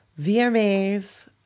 VMAs